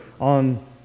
on